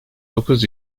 dokuz